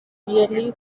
nearly